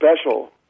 special